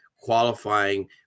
qualifying